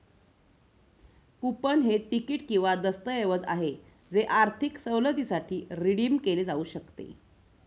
coupon हे तिकीट किंवा दस्तऐवज आहे जे आर्थिक सवलतीसाठी रिडीम केले जाऊ शकते